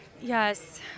Yes